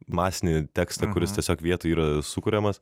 masinį tekstą kuris tiesiog vietoj yra sukuriamas